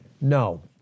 No